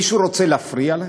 מישהו רוצה להפריע להם?